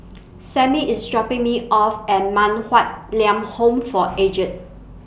Samie IS dropping Me off At Man Huatt Lam Home For Aged